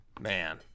man